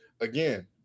Again